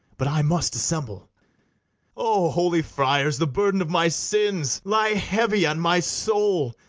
but i must dissemble o holy friars, the burden of my sins lie heavy on my soul!